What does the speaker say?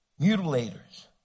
mutilators